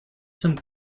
some